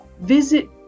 visit